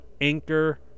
anchor